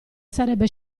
sarebbe